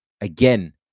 again